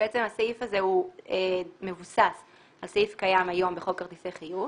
הסעיף הזה מבוסס על סעיף קיים היום בחוק כרטיסי חיוב